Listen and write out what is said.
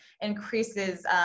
increases